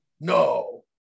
No